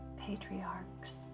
patriarchs